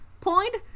point